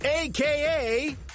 AKA